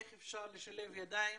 איך אפשר לשלב ידיים